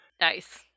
Nice